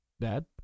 Dad